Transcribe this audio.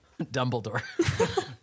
Dumbledore